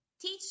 teach